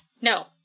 No